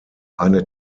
eine